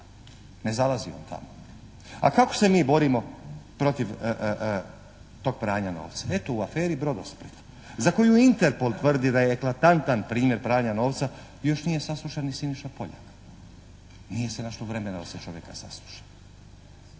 Ne zalazi on tamo. A kako se mi borimo protiv tog pranja novca? Eto u aferi Brodosplit za koju Interpol tvrdi da je eklatantan primjer pranja novca, još nije saslušan ni Siniša Poljak. Nije se našlo vremena da se čovjeka sasluša.